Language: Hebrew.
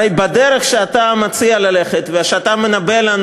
הרי בדרך שאתה מציע ללכת ושאתה מנבא לנו